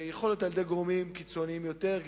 יכול להיות על-ידי גורמים קיצוניים יותר,